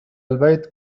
البيت